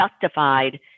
justified